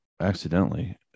accidentally